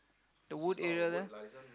the wood area there